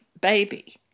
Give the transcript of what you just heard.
baby